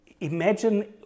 imagine